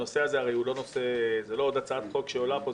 מכיוון שהנושא הזה הוא לא עוד הצעת חוק שעולה פה,